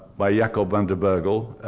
by yeah jacob van der beugel.